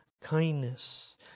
kindness